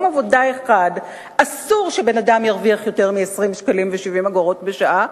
עבודה אחד אסור שבן-אדם ירוויח יותר מ-20.70 שקלים בשעה,